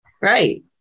Right